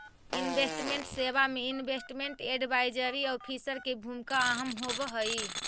investment सेवा में investment advisory officer के भूमिका अहम होवऽ हई